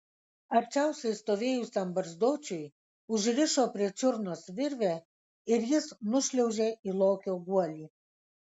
arčiausiai stovėjusiam barzdočiui užrišo prie čiurnos virvę ir jis nušliaužė į lokio guolį